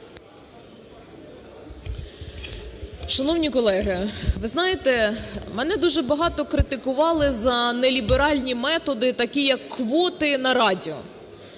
Шановні колеги, ви знаєте, мене дуже багато критикували за неліберальні методи, такі, як квоти на радіо.